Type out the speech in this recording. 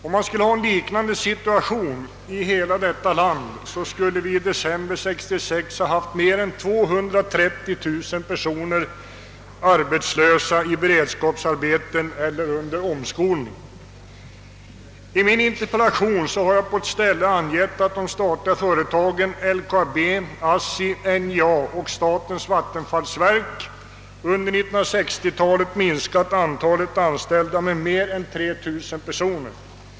Om det rådde en liknande situation i hela vårt land, skulle vi i december 1966 ha haft mer än 230 000 personer arbetslösa, i beredskapsarbeten eller under omskolning. I min interpellation har jag angivit att de statliga företagen LKAB, ASSI, NJA och statens vattenfallsverk under 1960-talet minskat antalet anställda med mer än 3 000 personer.